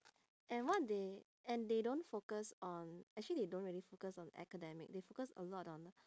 and what they and they don't focus on actually they don't really focus on academic they focus a lot on